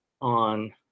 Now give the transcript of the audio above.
on